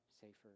safer